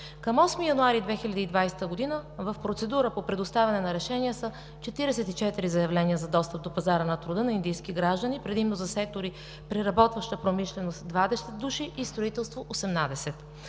Към 8 януари 2020 г. в процедура по предоставяне на решения са 44 заявления за достъп до пазара на труда на индийски граждани предимно за сектори „Преработваща промишленост“ – 20 души, и „Строителство“ – 18.